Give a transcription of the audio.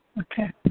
Okay